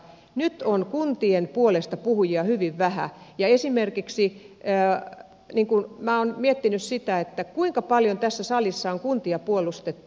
nyt on kuntien puolestapuhujia hyvin vähän ja esimerkiksi minä olen miettinyt sitä kuinka paljon tässä salissa on kuntia puolustettu